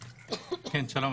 שלום.